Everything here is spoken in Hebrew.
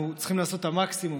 אנחנו צריכים לעשות את המקסימום